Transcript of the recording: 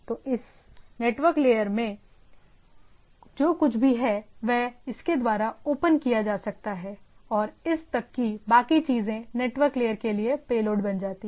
तो इस network layer में जो कुछ भी है वह इसके द्वारा ओपन किया जा सकता हैऔर इस तक की बाकी चीजें नेटवर्क लेयर के लिए पेलोड बन जाती हैं